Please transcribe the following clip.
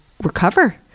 recover